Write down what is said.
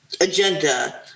agenda